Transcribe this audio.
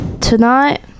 tonight